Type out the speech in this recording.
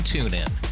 TuneIn